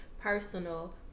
personal